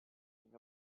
ging